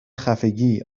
خفگی